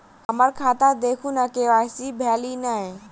हम्मर खाता देखू नै के.वाई.सी भेल अई नै?